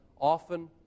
often